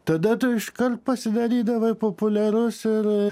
tada tu iškart pasidarydavai populiarus ir